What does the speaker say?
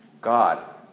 God